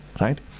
right